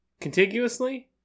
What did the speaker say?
Contiguously